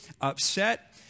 upset